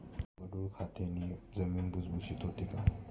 गांडूळ खताने जमीन भुसभुशीत होते का?